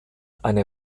eine